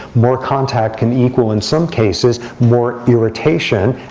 more contact can equal, in some cases, more irritation,